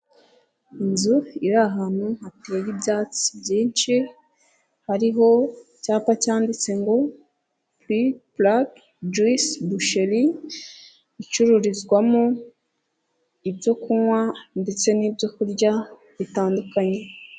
Inzu iri ahantu hateye ibyatsi byinshi hariho icyapa cyanditse ngo furi blak joise buceri icururizwamo ibyo kunywa ndetse n'ibyokurya bitandukanye.